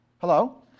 hello